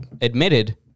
admitted